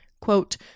quote